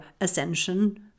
ascension